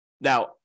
Now